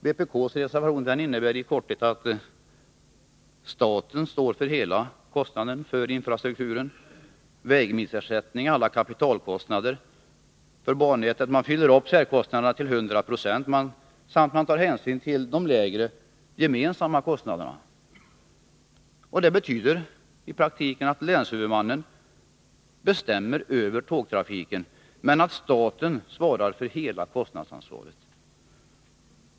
Vpk:s reservation innebär i korthet att staten står för hela kostnaden för infrastrukturen, vägmilsersättning och alla kapitalkostnader för bannätet. Man fyller upp särkostnaderna till 100 96, och man tar hänsyn till de lägre gemensamma kostnaderna. Det betyder i praktiken att länshuvudmannen bestämmer över tågtrafiken men att staten står för hela kostnadsansvaret.